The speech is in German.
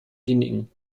kliniken